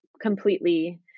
completely